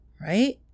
right